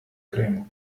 криму